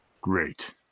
Great